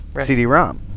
CD-ROM